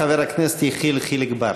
חבר הכנסת יחיאל חיליק בר.